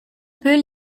peu